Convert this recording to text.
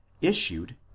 issued